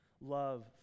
love